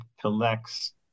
collects